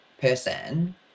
person